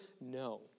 No